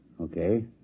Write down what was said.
Okay